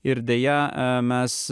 ir deja a mes